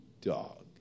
dog